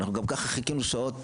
אנחנו גם ככה חיכינו שעות.